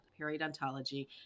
periodontology